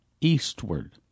eastward